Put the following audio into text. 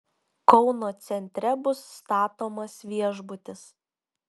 kauno centre bus statomas viešbutis